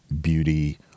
beauty